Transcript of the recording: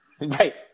Right